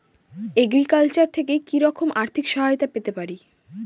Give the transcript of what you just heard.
Agriculture থেকে কি রকম আর্থিক সহায়তা পেতে পারি?